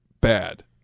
bad